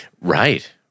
Right